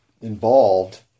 involved